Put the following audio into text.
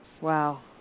Wow